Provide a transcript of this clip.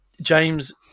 James